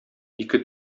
ике